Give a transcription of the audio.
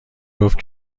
جفت